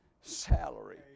salary